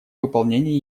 выполнении